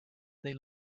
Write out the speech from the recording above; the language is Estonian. neil